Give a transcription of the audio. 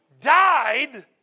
died